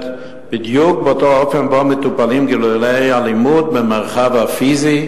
בדיוק באותו האופן שבו מטופלים גילויי אלימות במרחב הפיזי,